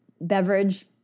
beverage